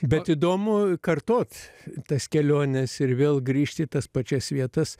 bet įdomu kartot tas keliones ir vėl grįžti į tas pačias vietas